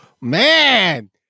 man